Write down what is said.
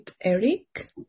Eric